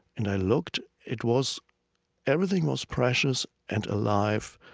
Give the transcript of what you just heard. and i looked. it was everything was precious and alive,